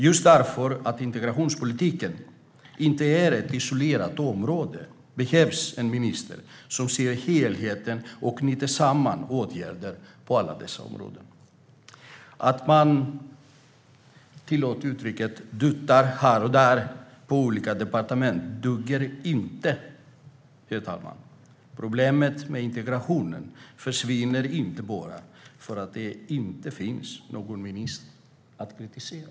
Just därför att integrationspolitiken inte är ett isolerat område behövs en minister som ser helheten och knyter samman åtgärder på alla dessa områden. Att man - tillåt uttrycket - duttar här och där på olika departement duger inte, herr talman. Problemet med integrationen försvinner inte bara för att det inte finns någon minister att kritisera.